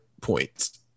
points